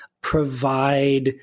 provide